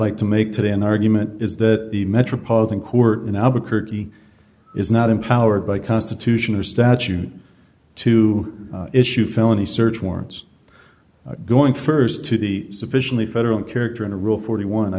like to make today an argument is that the metropolitan court in albuquerque is not empowered by constitution or statute to issue felony search warrants going st to the sufficiently federal character in a rule forty one